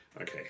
okay